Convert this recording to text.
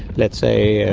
let's say,